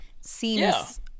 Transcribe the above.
seems